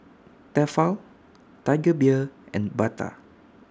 Tefal Tiger Beer and Bata